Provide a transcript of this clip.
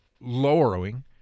lowering